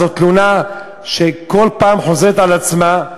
זאת תלונה שכל פעם חוזרת על עצמה,